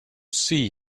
see